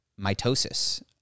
mitosis